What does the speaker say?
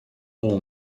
all